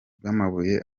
bw’amabuye